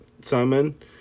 Simon